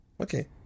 Okay